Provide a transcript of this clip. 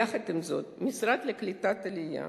יחד עם זאת, המשרד לקליטת העלייה